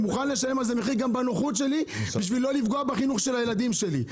גם בנוחות שלי כדי לא לפגוע בחינוך הילדים שלי.